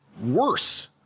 worse